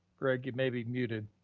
greg, you may be muted.